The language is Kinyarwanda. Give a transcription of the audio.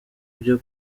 byo